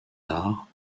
arts